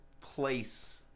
place